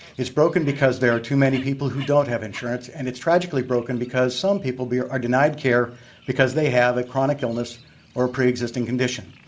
it's broken because there are too many people who don't have insurance, and it's tragically broken because some people are are denied care because they have a chronic illness or preexisting condition.